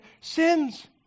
sins